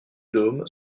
dôme